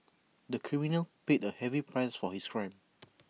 the criminal paid A heavy price for his crime